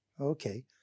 Okay